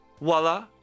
Voila